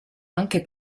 anche